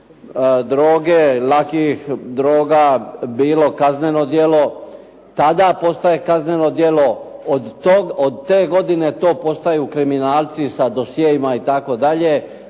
droge, lakih droga bilo kazneno djelo. Tada postaje kazneno djelo. Od te godine to postaju kriminalci sa dosjeima itd.